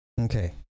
okay